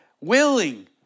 willing